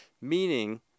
meaning